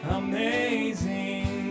amazing